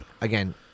again—